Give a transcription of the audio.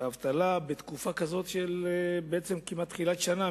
לה בתקופה כזו של תחילת שנה.